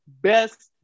best